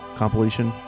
compilation